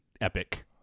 epic